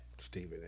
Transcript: Stephen